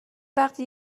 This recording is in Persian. وقتی